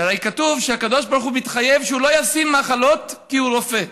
הרי כתוב שהקדוש-ברוך-הוא מתחייב שלא ישים מחלות כי הוא רופא,